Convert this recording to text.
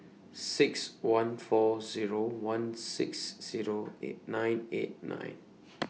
six one four Zero one six Zero eight nine eight nine